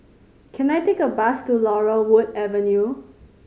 can I take a bus to Laurel Wood Avenue